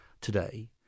today